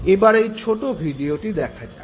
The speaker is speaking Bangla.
এবার এই ছোটো ভিডিওটি দেখা যাক